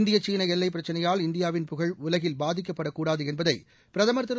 இந்திய சீனஎல்லைபிரச்சினையால் இந்தியாவின் புகழ் உலகில் பாதிக்கப்படக்கூடாதுஎன்பதைபிரதம் திரு